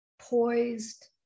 poised